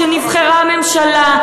נבחרה ממשלה,